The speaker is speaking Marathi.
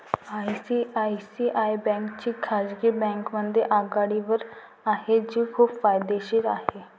आय.सी.आय.सी.आय बँक ही खाजगी बँकांमध्ये आघाडीवर आहे जी खूप फायदेशीर आहे